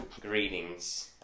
Greetings